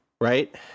right